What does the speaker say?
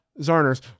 Zarners